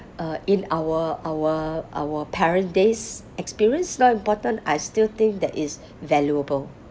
uh in our our our parent days experience not important I still think that it's valuable